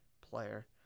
player